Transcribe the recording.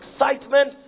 excitement